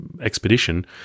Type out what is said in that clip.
expedition